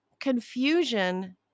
Confusion